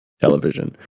television